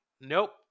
nope